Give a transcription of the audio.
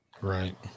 Right